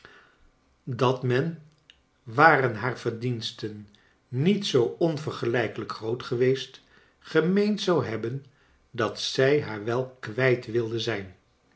dat men waren haar verdiensten niet zoo onvergelijkelijk groot geweest gemeend zou hebben dat zij haar wel kwijt wilden zijn